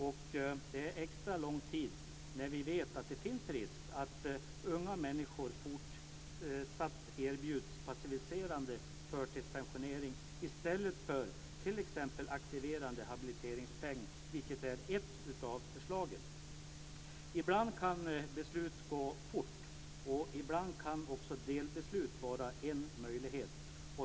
Och det är extra lång tid när vi vet att det finns risk att unga människor fortsatt erbjuds passiviserande förtidspensionering i stället för t.ex. aktiverande habiliteringspenning, vilket är ett av förslagen. Ibland kan beslut gå fort, och ibland kan också delbeslut vara en möjlighet.